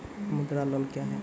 मुद्रा लोन क्या हैं?